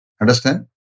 Understand